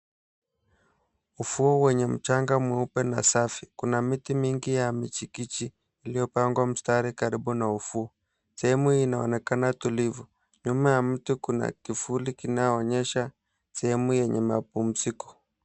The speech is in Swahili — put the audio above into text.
Ufuo wenye mchanga mweupe na safi. Kuna miti mingi ya michikichi iliyopangwa mstari karibu na ufuo, sehemu hii inaonekana tulivu. Nyuma ya mti kuna kivuli kinayoonyesha sehemu yenye mapumziko.